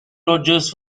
rodgers